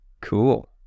Cool